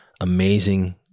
amazing